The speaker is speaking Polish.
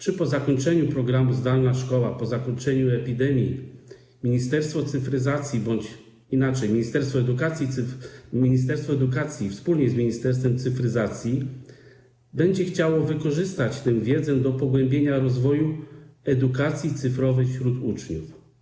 Czy po zakończeniu programu „Zdalna szkoła”, po zakończeniu epidemii Ministerstwo Cyfryzacji bądź ministerstwo edukacji wspólnie z Ministerstwem Cyfryzacji będzie chciało wykorzystać tę wiedzę do pogłębienia rozwoju edukacji cyfrowej wśród uczniów?